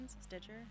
Stitcher